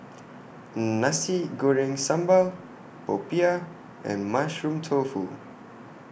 Nasi Goreng Sambal Popiah and Mushroom Tofu